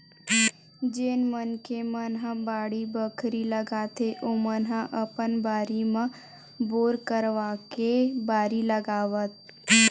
जेन मनखे मन ह बाड़ी बखरी लगाथे ओमन ह अपन बारी म बोर करवाके बारी लगावत